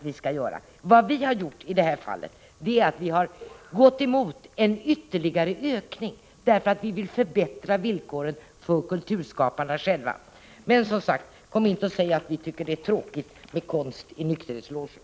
Vi har i detta fall gått emot en ytterligare ökning, eftersom vi vill förbättra villkoren för kulturskaparna själva. Men, som sagt, kom inte och säg att vi tycker att det är tråkigt med konst i nykterhetslogerna!